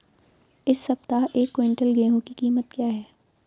इस सप्ताह एक क्विंटल गेहूँ की कीमत क्या है?